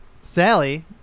Sally